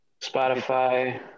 spotify